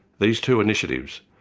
these two initiatives,